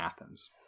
Athens